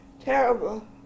terrible